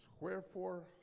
Wherefore